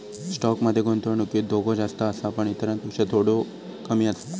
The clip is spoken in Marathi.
स्टॉक मध्ये गुंतवणुकीत धोको जास्त आसा पण इतरांपेक्षा थोडो कमी आसा